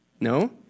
No